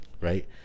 Right